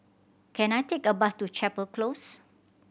can I take a bus to Chapel Close